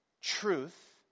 truth